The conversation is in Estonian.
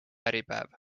äripäev